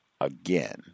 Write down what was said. again